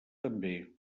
també